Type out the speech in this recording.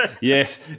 yes